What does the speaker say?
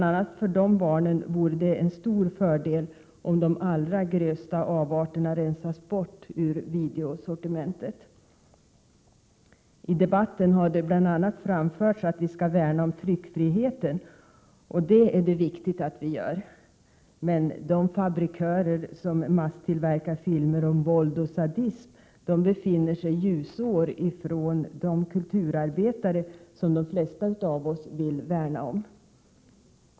a. för de barnen vore det en stor fördel, om de allra grövsta avarterna rensades bort ur videosortimentet. I debatten har det bl.a. framförts att vi skall värna om tryckfriheten, och det är viktigt att vi gör det. Men de fabrikörer som masstillverkar filmer med våld och sadism befinner sig ljusår från de kulturarbetare som de flesta av oss vill värna om.